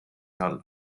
all